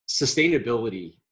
sustainability